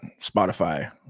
spotify